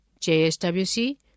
JSWC